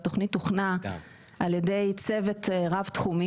והתוכנית הוכנה על ידי צוות רב תחומי